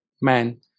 man